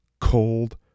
cold